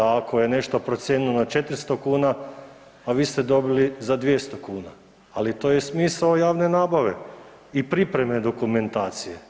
Ako je nešto procijenjeno na 400 kuna, a vi ste dobili za 200 kuna, ali to je smisao javne nabave i pripreme dokumentacije.